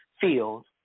field